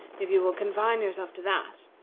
if you will confine yourself to that,